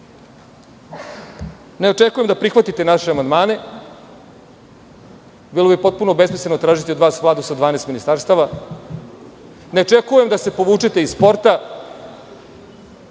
očekujem da prihvatite naše amandmane, deluje potpuno besmisleno tražiti od vas Vladu sa 12 ministarstava, ne očekujem da se povučete iz sporta,